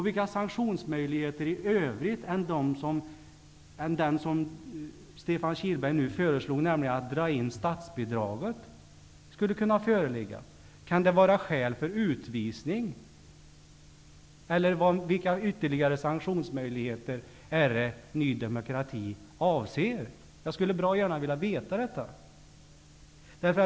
Vilka sanktionsmöjligheter i övrigt, utöver den möjlighet som Stefan Kihlberg föreslog, att dra in statsbidraget, skulle kunna föreligga? Kan det vara skäl för utvisning, eller vilka ytterligare sanktionsmöjligheter är det Ny demokrati avser? Jag skulle bra gärna vilja veta detta.